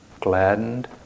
gladdened